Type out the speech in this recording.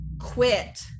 quit